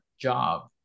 job